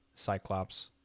cyclops